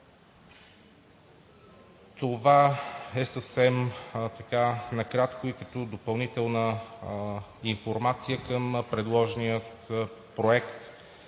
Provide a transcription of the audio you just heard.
Това е съвсем накратко. И като допълнителна информация към предложения Законопроект